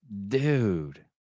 Dude